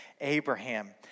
Abraham